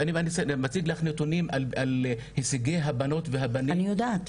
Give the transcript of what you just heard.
אני מציג לך נתונים על הישגי הבנות והבנים --- אני יודעת.